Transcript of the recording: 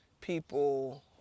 people